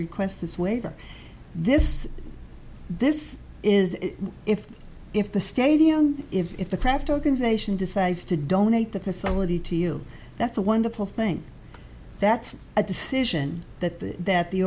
request this waiver this this is if if the stadium if the craft organization decides to donate the facility to you that's a wonderful thing that's a decision that the that the